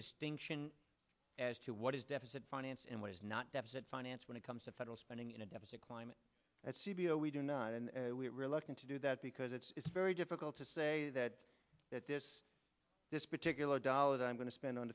distinction as to what is deficit finance and what is not deficit finance when it comes to federal spending in a deficit climate that c b l we do not and we are reluctant to do that because it's very difficult to say that that this this particular dollar that i'm going to spend on